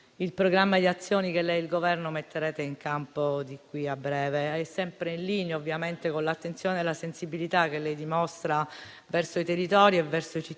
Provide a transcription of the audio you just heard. il programma di azioni che lei e il Governo metterete in campo di qui a breve, sempre in linea con l'attenzione e la sensibilità che lei dimostra verso i territori e i cittadini.